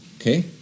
okay